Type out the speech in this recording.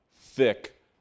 thick